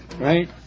Right